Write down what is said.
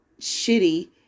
shitty